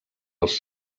els